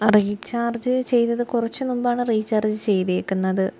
ആ റീചാർജ് ചെയ്തത് കുറച്ച് മുമ്പാണ് റീചാർജ് ചെയ്തിരിക്കുന്നത്